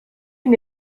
une